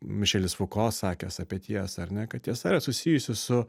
mišelis fuko sakęs apie tiesą ar ne kad tiesa yra susijusi su